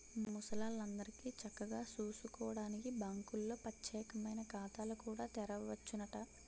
ముసలాల్లందరికీ చక్కగా సూసుకోడానికి బాంకుల్లో పచ్చేకమైన ఖాతాలు కూడా తెరవచ్చునట